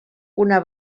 una